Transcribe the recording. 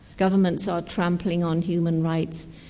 governments are trampling on human rights,